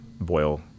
boil